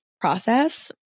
process